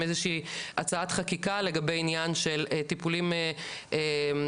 איזושהי הצעת חקיקה לגבי עניין של טיפולים קוסמטיים,